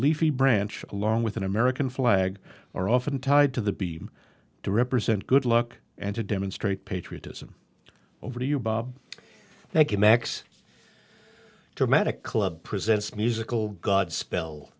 leafy branch along with an american flag are often tied to the beam to represent good luck and to demonstrate patriotism over to you bob thank you max dramatic club presents musical godspell